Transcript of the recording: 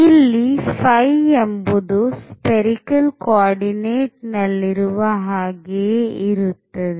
ಇಲ್ಲಿ ϕ ಎಂಬುದು spherical coordinate ನಲ್ಲಿರುವ ಹಾಗೆಯೇ ಇರುತ್ತದೆ